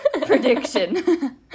prediction